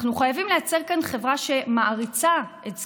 אנחנו חייבים לייצר כאן חברה שמעריצה את זקניה,